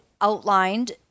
outlined